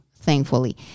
thankfully